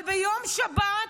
אבל ביום שבת,